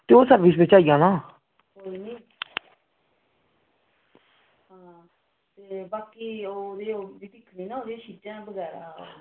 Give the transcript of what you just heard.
ते ओह् सर्विस बिच आई जाना